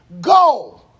Go